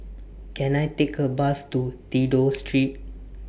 Can I Take A Bus to Dido Street